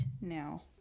now